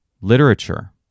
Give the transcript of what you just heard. Literature